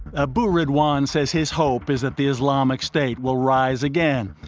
abu ridwan says his hope is that the islamic state will rise again.